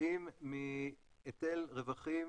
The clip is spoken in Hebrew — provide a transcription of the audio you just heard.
נובעים מהיטל רווחי